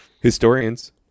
historians